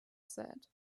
said